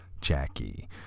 Jackie